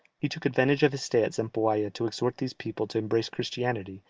he took advantage of his stay at zempoalla to exhort these people to embrace christianity,